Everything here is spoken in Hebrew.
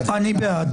מי נגד?